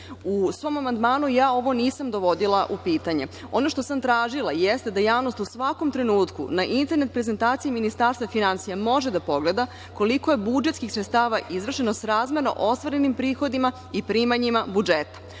svom amandmanu ja ovo nisam dovodila u pitanje. Ono što sam tražila jeste da javnost u svakom trenutku na internet prezentaciji Ministarstva finansija može da pogleda koliko je budžetskih sredstava izvršeno srazmerno ostvarenim prihodima i primanjima budžeta.